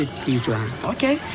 Okay